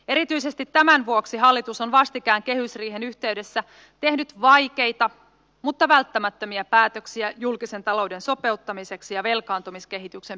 erityisesti tämän vuoksi hallitus on vastikään kehysriihen yhteydessä tehnyt vaikeita mutta välttämättömiä päätöksiä julkisen talouden sopeuttamiseksi ja velkaantumiskehityksen pysäyttämiseksi